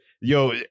yo